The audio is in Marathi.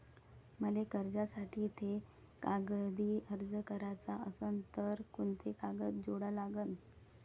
मले कर्जासाठी थे कागदी अर्ज कराचा असन तर कुंते कागद जोडा लागन?